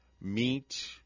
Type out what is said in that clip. meat